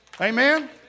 Amen